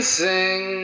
sing